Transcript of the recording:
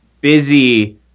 busy